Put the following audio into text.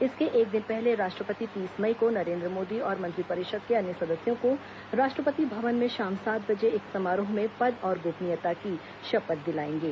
इसके एक दिन पहले राष्ट्रपति तीस मई को नरेन्द्र मोदी और मंत्रिपरिषद के अन्य सदस्यों को राष्ट्रपति भवन में शाम सात बजे एक समारोह में पद और गोपनीयता की शपथ दिलाएंगे